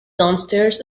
downstairs